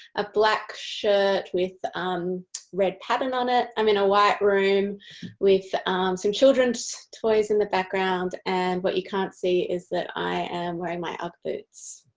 a black shirt with um red pattern on it i am in a white room with some children's toys in the book ground and what you can't see is that i am wearing my ugg boots.